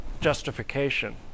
justification